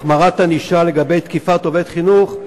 החמרת ענישה על תקיפת עובד חינוך,